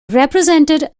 represented